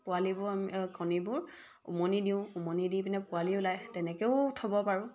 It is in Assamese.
পোৱালিবোৰ আমি কণীবোৰ উমনি দিওঁ উমনি দি পিনে পোৱালি ওলায় তেনেকৈও থ'ব পাৰোঁ